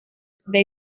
bei